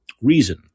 reason